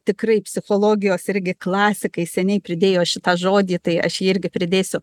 tikrai psichologijos irgi klasikai seniai pridėjo šitą žodį tai aš jį irgi pridėsiu